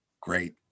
Great